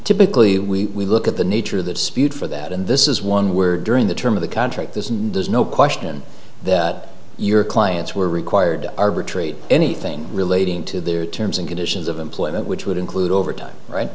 typically we look at the nature of the dispute for that and this is one where during the term of the contract this and there's no question that your clients were required to arbitrate anything relating to their terms and conditions of employment which would include overtime right